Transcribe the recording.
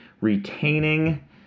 retaining